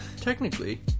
Technically